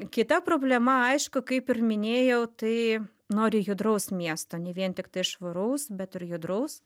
kita problema aišku kaip ir minėjau tai nori judraus miesto ne vien tiktai švaraus bet ir judraus